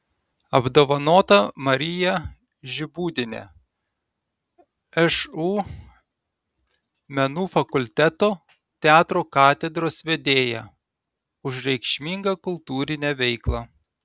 apdovanota marija žibūdienė šu menų fakulteto teatro katedros vedėja už reikšmingą kultūrinę veiklą